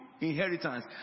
inheritance